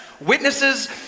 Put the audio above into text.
Witnesses